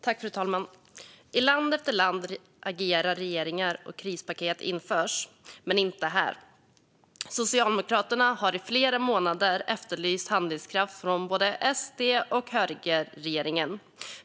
Fru talman! I land efter land agerar regeringar och inför krispaket, men inte här. Socialdemokraterna har i flera månader efterlyst handlingskraft från både SD och högerregeringen.